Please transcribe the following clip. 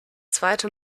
zweite